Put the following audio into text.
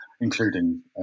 including